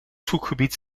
zoekgebied